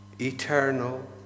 eternal